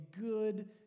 good